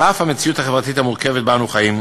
על אף המציאות החברתית המורכבת שבה אנו חיים,